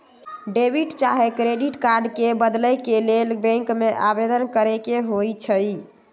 debit चाहे credit card के बदले के लेल बैंक में आवेदन करेके होइ छइ